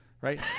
Right